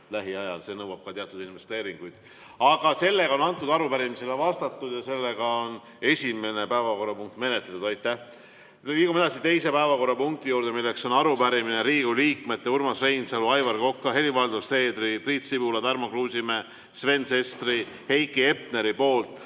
lähiajal, see nõuab ka teatud investeeringuid. Aga sellega on arupärimisele vastatud ja esimene päevakorrapunkt menetletud. Aitäh! Liigume edasi teise päevakorrapunkti juurde, milleks on Riigikogu liikmete Urmas Reinsalu, Aivar Koka, Helir-Valdor Seederi, Priit Sibula, Tarmo Kruusimäe, Sven Sesteri ja Heiki Hepneri